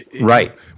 Right